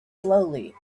slowly